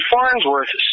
Farnsworth